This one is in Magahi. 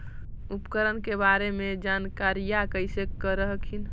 उपकरण के बारे जानकारीया कैसे कर हखिन?